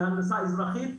בהנדסה אזרחית,